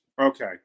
Okay